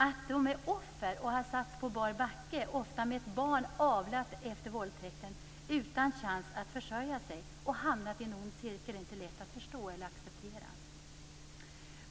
Att de är offer och satts på bar backe, ofta med ett barn avlat vid våldtäkten, utan chans att försörja sig och hamnat i en ond cirkel är inte lätt att förstå eller acceptera.